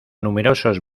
numerosos